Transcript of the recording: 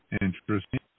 Interesting